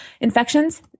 infections